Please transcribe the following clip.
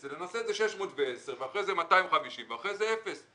אלא נעשה את זה 610 ואחר כך 250 ואחר כך אפס.